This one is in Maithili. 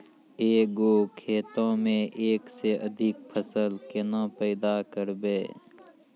एक गो खेतो मे एक से अधिक फसल केना पैदा करबै?